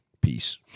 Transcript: Peace